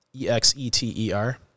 e-x-e-t-e-r